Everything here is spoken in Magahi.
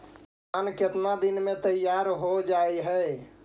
धान केतना दिन में तैयार हो जाय है?